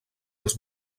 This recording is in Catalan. els